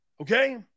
Okay